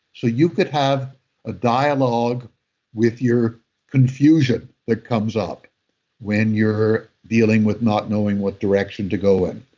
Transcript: so, you could have a dialogue with your confusion that comes up when you're dealing with not knowing what direction to go in.